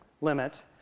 limit